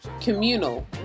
communal